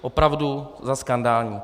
Opravdu za skandální.